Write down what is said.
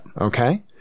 Okay